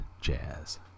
jazz